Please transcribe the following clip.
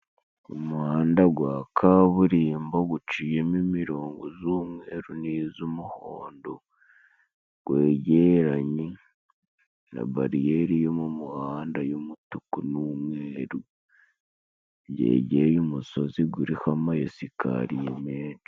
Umuhanda gwa kaburimbo guciyemo imirongo z'umweru n'iz'umuhondo, gwegeranye na bariyeri yo mu muhanda y'umutuku n'umweru. Byegeye umusozi guriho amayesikariye menshi.